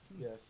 Yes